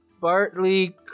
Bartley